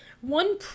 One